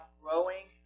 growing